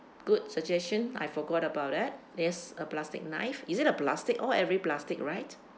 good suggestion I forgot about it it's a plastic knife is it a plastic all every plastic right